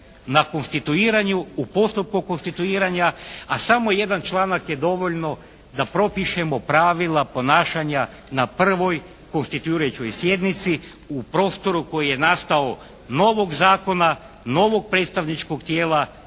na konstituiranju, u postupku konstituiranja. A samo jedan članak je dovoljno da propišemo pravila ponašanja na prvoj konstituirajućoj sjednici u prostoru koji je nastao novog zakona, novog predstavničkog tijela